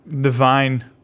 divine